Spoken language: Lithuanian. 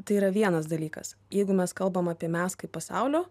tai yra vienas dalykas jeigu mes kalbam apie mes kaip pasaulio